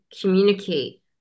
communicate